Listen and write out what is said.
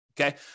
okay